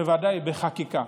בוודאי בחקיקה.